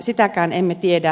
sitäkään emme tiedä